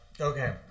Okay